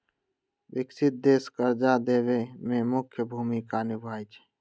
विकसित देश कर्जा देवे में मुख्य भूमिका निभाई छई